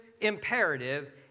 imperative